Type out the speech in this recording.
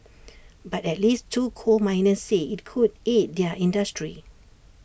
but at least two coal miners say IT could aid their industry